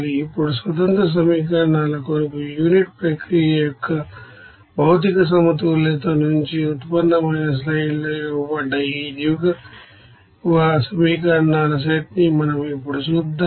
ఇప్పుడు independent equation కొరకు unit ప్రక్రియ యొక్క మెటీరియల్ బాలన్స్ నుంచి ఉత్పన్నమైన స్లైడ్ లో ఇవ్వబడ్డ ఈ దిగువ సమీకరణాల సెట్ ని మనం ఇప్పుడు చూద్దాం